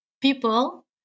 people